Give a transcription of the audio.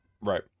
right